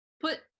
put